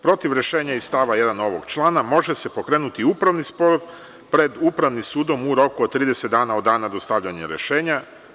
Protiv rešenja iz stava 1. ovog člana može se pokrenuti upravni spor pred Upravnim sudom u roku od 30 dana od dana dostavljanja rešenja.